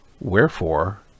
Wherefore